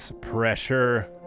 pressure